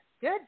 good